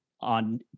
on